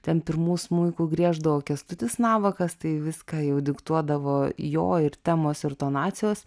ten pirmu smuiku grieždavo kęstutis navakas tai viską jau diktuodavo jo ir temos ir tonacijos